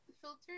filter